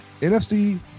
NFC